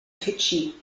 fidschi